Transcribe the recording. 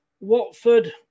Watford